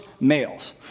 males